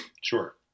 sure